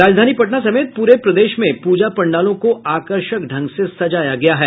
राजधानी पटना समेत पूरे प्रदेश में पूजा पंडालों को आकर्षक ढंग से सजाया गया है